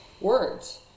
words